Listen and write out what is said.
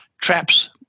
traps